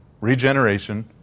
Regeneration